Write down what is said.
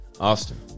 Austin